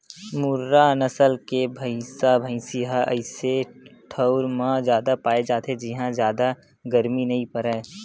मुर्रा नसल के भइसा भइसी ह अइसे ठउर म जादा पाए जाथे जिंहा जादा गरमी नइ परय